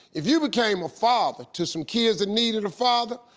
if you became a father, to some kids that needed a father.